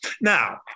Now